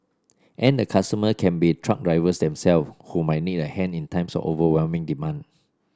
and the customer can be truck drivers themselves who might need a hand in times of overwhelming demand